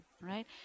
right